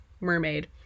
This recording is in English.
mermaid